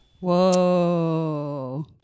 Whoa